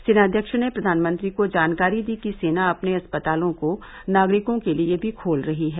सेनाध्यक्ष ने प्रधानमंत्री को जानकारी दी कि सेना अपने अस्पतालों को नागरिकों के लिए भी खोल रही है